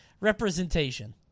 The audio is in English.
Representation